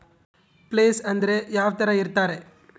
Place ಅಂದ್ರೆ ಯಾವ್ತರ ಇರ್ತಾರೆ?